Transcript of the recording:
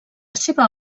seva